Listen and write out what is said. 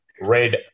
Red